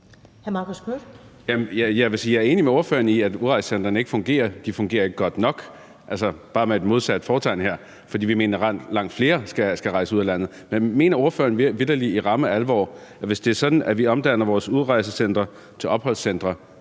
jeg er enig med ordføreren i, at udrejsecentrene ikke fungerer, og at de ikke fungerer godt nok – det er bare med et modsat fortegn, for vi mener, at langt flere skal rejse ud af landet. Men mener ordføreren vitterlig i ramme alvor, at hvis det er sådan, at vi omdanner vores udrejsecentre til opholdscentre,